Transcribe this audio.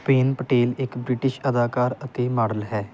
ਉਪੇਨ ਪਟੇਲ ਇੱਕ ਬ੍ਰਿਟਿਸ਼ ਅਦਾਕਾਰ ਅਤੇ ਮਾਡਲ ਹੈ